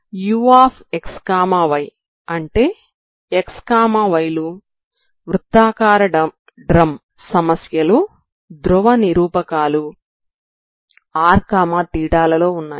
ux y అంటే x y లు వృత్తాకార డ్రమ్ సమస్యలో ధ్రువ నిరూపకాలు rθ లలో ఉన్నాయి